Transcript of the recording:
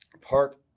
park